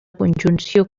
conjunció